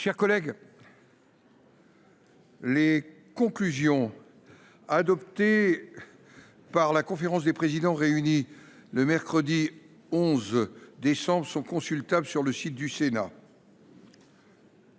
recueillement. Les conclusions adoptées par la conférence des présidents, réunie le mercredi 11 décembre 2024, sont consultables sur le site du Sénat.